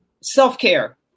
self-care